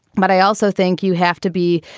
but i also think you have to be,